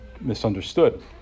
misunderstood